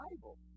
Bible